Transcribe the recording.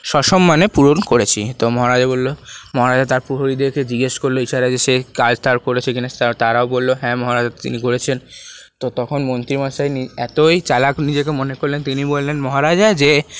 সসম্মানে পূরণ করেছি তো মহারাজা বললো মহারাজা তার প্রহরীদেরকে জিজ্ঞাসা করলো ইশারায় সে কাজটা করেছে কি না তারাও বললো হ্যাঁ মহারাজা তিনি করেছেন তো তখন মন্ত্রীমশাই এতই চালাক নিজেকে মনে করলেন তিনি বললেন মহারাজা যে